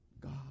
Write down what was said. God